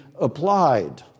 applied